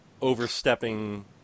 overstepping